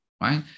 right